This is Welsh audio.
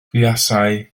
buasai